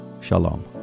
Shalom